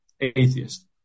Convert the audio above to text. atheist